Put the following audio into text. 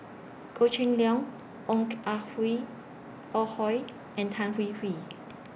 Goh Cheng Liang Ong Ah Hui Ah Hoi and Tan Hwee Hwee